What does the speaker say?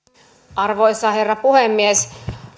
arvoisa herra puhemies